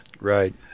Right